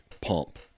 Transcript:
pump